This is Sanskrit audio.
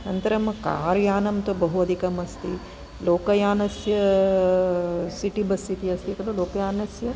अनन्तरं कार् यानं तु बहु अधिकम् अस्ति लोकयानस्य सिटि बस् इति अस्ति खलु लोकयानस्य